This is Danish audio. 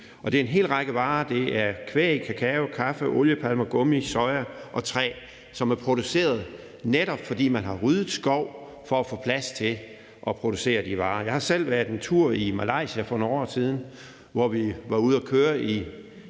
Det er en hel række varer: Det er kvæg, kakao, kaffe, palmeolie, gummi, soja og træ, som har kunnet blive produceret, netop fordi man har ryddet skov for at få plads til at producere de varer. Jeg har selv for nogle år siden været en tur i